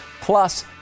Plus